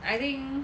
I think